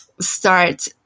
start